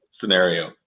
scenario